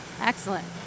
Excellent